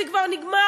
זה כבר נגמר,